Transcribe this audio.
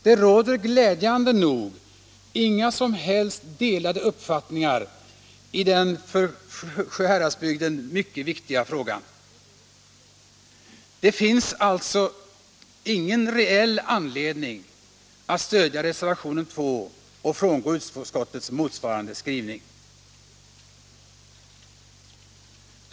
Det råder glädjande nog inga som helst delade uppfattningar i denna för Sjuhäradsbygden mycket viktiga fråga, och det finns således ingen reell anledning att stödja reservationen 2 och frångå utskottets motsvarande skrivning.